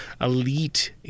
elite